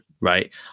right